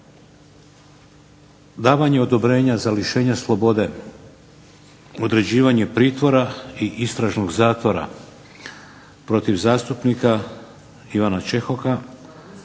davanje odobrenja za lišenje slobode, određivanje pritvora i istražnog zatvora protiv zastupnika Ivana Čehoka